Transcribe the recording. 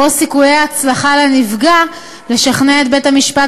שבו סיכויי ההצלחה של הנפגע לשכנע את בית-המשפט